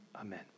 Amen